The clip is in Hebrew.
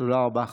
תודה רבה.